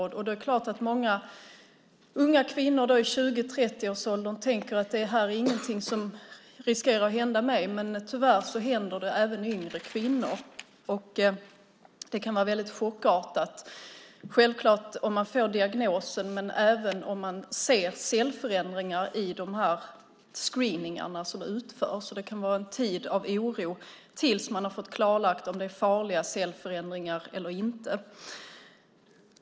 Det är klart att många unga kvinnor i 20-30-årsåldern då tänker: Det här är ingenting som riskerar att hända mig. Men tyvärr händer det även yngre kvinnor. Det kan självklart vara väldigt chockartat att få diagnosen. Men även när det syns cellförändringar i de screeningar som utförs kan det vara en tid av oro tills man har fått klarlagt om det är farliga cellförändringar eller inte.